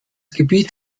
gebiet